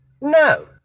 No